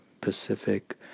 Pacific